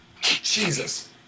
Jesus